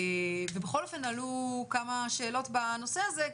בכל אופן עלו כמה שאלות בנושא הזה,